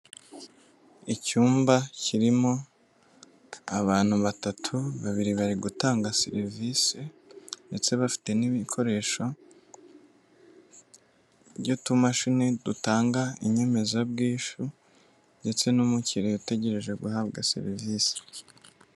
Icyumba kirimo abantu batatu, babiri bari gutanga serivisi ndetse bafite n'ibikoresho by'utumashini dutanga inyemezabwishyu ndetse n'umukiriya utegereje guhabwa serivisi.